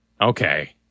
okay